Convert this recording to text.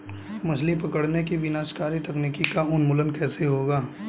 मछली पकड़ने की विनाशकारी तकनीक का उन्मूलन कैसे होगा?